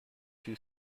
too